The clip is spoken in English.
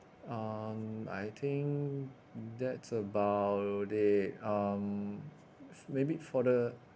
um I think that's about it um maybe for the